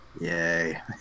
Yay